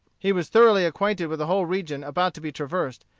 he was thoroughly acquainted with the whole region about to be traversed,